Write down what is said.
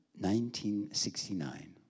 1969